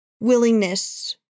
willingness